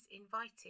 invited